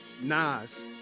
Nas